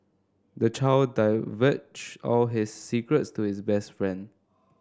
the child divulged all his secrets to his best friend